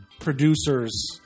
producers